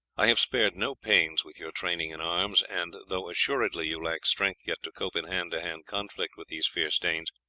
i have spared no pains with your training in arms, and though assuredly you lack strength yet to cope in hand-to-hand conflict with these fierce danes,